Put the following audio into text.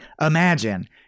imagine